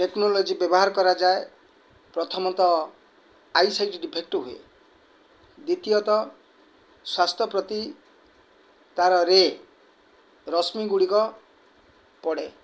technology ବ୍ୟବହାର କରାଯାଏ ପ୍ରଥମତଃ ଆଇସାଇଟ୍ ଡିଫେକ୍ଟ୍ ହୁଏ ଦ୍ୱିତୀୟତଃ ସ୍ୱାସ୍ଥ୍ୟ ପ୍ରତି ତା'ର ରେ ରଶ୍ମିଗୁଡ଼ିକ ପଡ଼େ